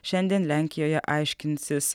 šiandien lenkijoje aiškinsis